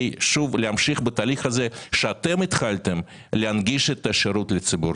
להמשיך בתהליך הזה שאתם התחלתם בו והוא להנגיש את השירות לציבור.